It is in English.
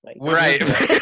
Right